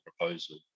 proposal